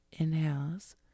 inhales